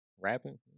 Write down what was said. rapping